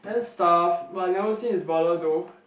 and stuff but I've never seen his brother though